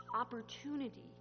opportunity